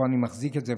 פה אני מחזיק את זה,